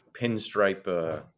pinstripe